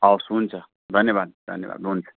हवस् हुन्छ धन्यवाद धन्यवाद हुन्छ